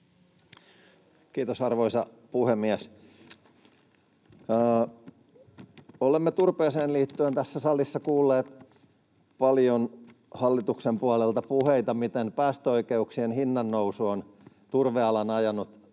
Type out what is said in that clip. Kiitos, arvoisa puhemies! Olemme turpeeseen liittyen tässä salissa kuulleet hallituksen puolelta paljon puheita, miten päästöoikeuksien hinnannousu on turvealan ajanut